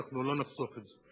אנחנו לא נחסוך את זה,